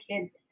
kids